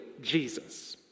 Jesus